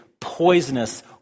poisonous